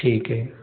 ठीक है